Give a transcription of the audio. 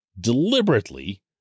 deliberately